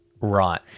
Right